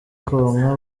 konka